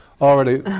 Already